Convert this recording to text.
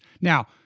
Now